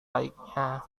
baiknya